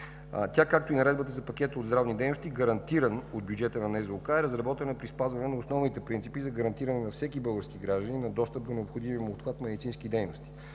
Тя, както и Наредбата за пакета от здравни дейности, гарантиран от бюджета на НЗОК, е разработена при спазване на основните принципи за гарантиране на всеки български гражданин на достъп до необходимият му обхват медицински дейности,